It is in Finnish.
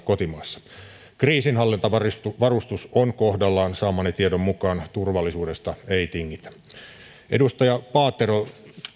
kotimaassa kriisinhallintavarustus on kohdallaan saamani tiedon mukaan turvallisuudesta ei tingitä edustaja paatero